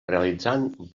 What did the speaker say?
realitzant